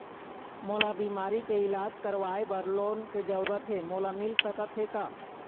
मोला बीमारी के इलाज करवाए बर लोन के जरूरत हे मोला मिल सकत हे का?